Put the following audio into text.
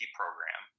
program